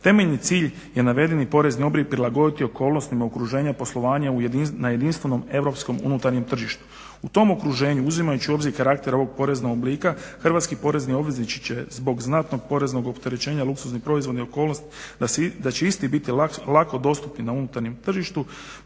Temeljni cilj je navedeni porezni oblik prilagoditi okolnostima okruženja i poslovanja na jedinstvenom europskom unutarnjem tržištu. U tom okruženju uzimajući u obzir karakter ovog poreznog oblika, hrvatski porezni obveznici će zbog znatnog poreznog opterećenja luksuzne proizvodne okolnosti da će isti biti lako dostupni na unutarnjem tržištu,